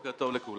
בוקר טוב לכולם,